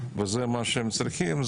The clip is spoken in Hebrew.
וזה מה שהם צריכים,